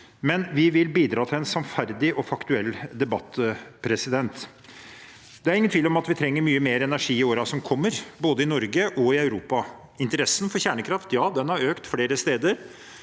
Vi vil bidra til en sannferdig og faktuell debatt. Det er ingen tvil om at vi vil trenge mye mer energi i årene som kommer, både i Norge og i Europa. Interessen for kjernekraft har økt flere steder.